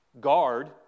guard